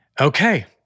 Okay